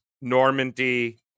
Normandy